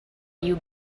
you